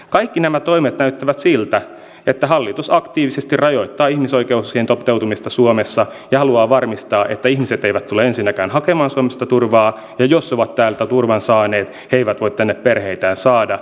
kaikki nämä toimet näyttävät siltä että hallitus aktiivisesti rajoittaa ihmisoikeuksien toteutumista suomessa ja haluaa varmistaa että ihmiset eivät tule ensinnäkään hakemaan suomesta turvaa ja jos ovat täältä turvan saaneet he eivät voi tänne perheitään saada